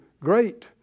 great